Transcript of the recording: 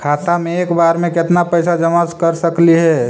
खाता मे एक बार मे केत्ना पैसा जमा कर सकली हे?